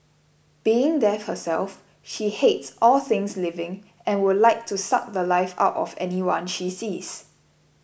being death herself she hates all things living and would like to suck the Life out of anyone she sees